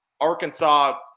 Arkansas